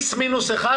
X-1